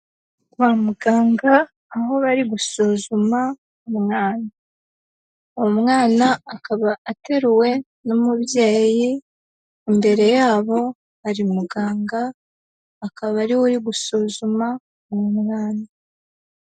Kwa muganga aho bari gusuzuma umwana. Uwo mwana akaba ateruwe n'umubyeyi, imbere yabo hari muganga akaba ari we uri gusuzuma uwo mwana.